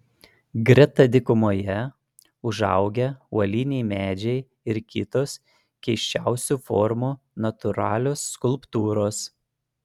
greta dykumoje užaugę uoliniai medžiai ir kitos keisčiausių formų natūralios skulptūros